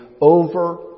over